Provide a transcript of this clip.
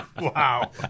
Wow